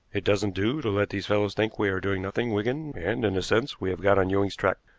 it doesn't do to let these fellows think we are doing nothing, wigan and, in a sense, we have got on ewing's track.